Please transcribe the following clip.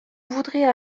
voudrais